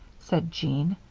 said jean.